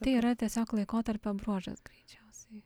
tai yra tiesiog laikotarpio bruožas greičiausiai